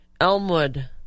Elmwood